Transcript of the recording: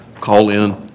call-in